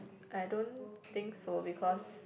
I don't think so because